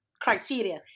criteria